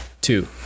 two